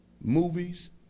movies